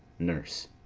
nurse.